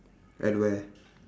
at where